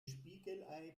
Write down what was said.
spiegelei